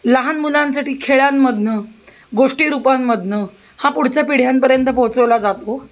लहान मुलांसाठी खेळांमधनं गोष्टीरूपांमधनं हा पुढच्या पिढ्यांपर्यंत पोहचवला जातो